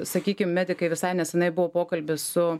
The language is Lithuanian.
sakykim medikai visai nesenai buvo pokalbis su